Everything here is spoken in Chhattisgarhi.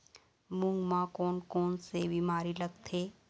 मूंग म कोन कोन से बीमारी लगथे?